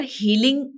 healing